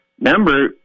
member